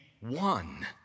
one